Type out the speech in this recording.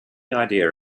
idea